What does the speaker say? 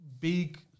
big